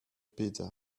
pizza